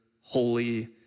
holy